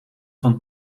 van